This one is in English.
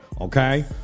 okay